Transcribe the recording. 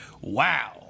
wow